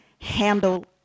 handle